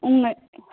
உண்மை